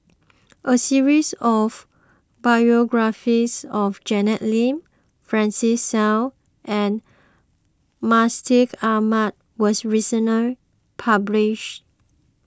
a series of biographies of Janet Lim Francis Seow and Mustaq Ahmad was recently published